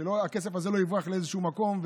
כדי שהכסף הזה לא יברח לאיזשהו מקום,